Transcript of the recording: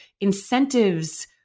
incentives